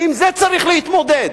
ועם זה צריך להתמודד.